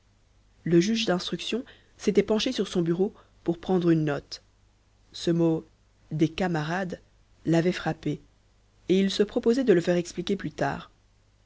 le juge d'instruction s'était penché sur son bureau pour prendre une note ce mot des camarades l'avait frappé et il se proposait de le faire expliquer plus tard